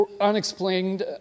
unexplained